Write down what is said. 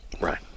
Right